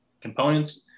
components